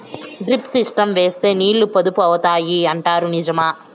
Drip system వేస్తే నీళ్లు పొదుపు అవుతాయి అంటారు నిజమా?